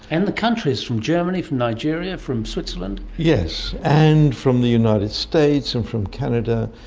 and the countries from germany, from nigeria, from switzerland. yes. and from the united states and from canada.